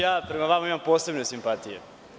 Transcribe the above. Ja prema vama imam posebne simpatije.